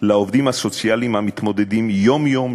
לעובדים הסוציאליים המתמודדים יום-יום,